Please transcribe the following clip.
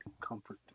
comfort